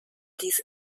dies